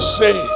say